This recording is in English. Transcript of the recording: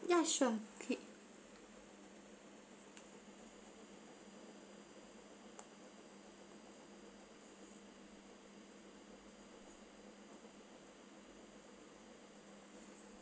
yeah sure okay